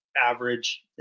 average